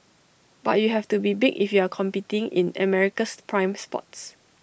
but you have to be big if you're competing in America's prime spots